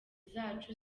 zacu